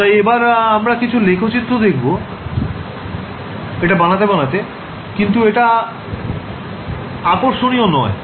তাই এবার আমরা কিছু লেখচিত্র দেখবো এটা বানাতে বানাতে কিন্তু এটা আকর্ষণীয় নয়